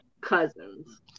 cousins